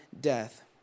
death